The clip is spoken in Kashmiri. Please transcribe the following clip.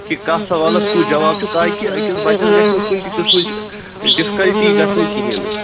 کہِ کَتھ سوالَس کُس جواب چھُ تاکہِ أکِس بَچَس گَژھِ نہٕ کُنہِ تہِ قٕسمٕچ ڈفکَلٹی گژھنۍ کِہیٖنۍ نہٕ